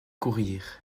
courir